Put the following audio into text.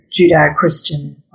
Judeo-Christian